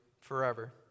forever